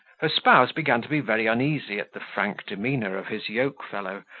her spouse began to be very uneasy at the frank demeanour of his yoke-fellow,